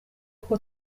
koko